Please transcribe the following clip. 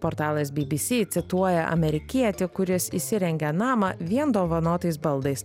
portalas bbc cituoja amerikietį kuris įsirengė namą vien dovanotais baldais